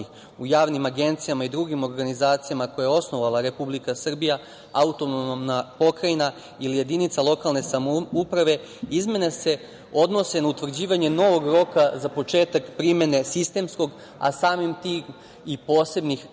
u javnim agencijama i drugim organizacijama koje je osnovala Republika Srbija, autonomna pokrajina ili jedinica lokalne samouprave, izmene se odnose na utvrđivanje novog roka za početak primene sistemskog, a samim tim i posebnih zakona